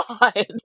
god